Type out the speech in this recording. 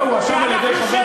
הוא הואשם דווקא על-ידי חבר,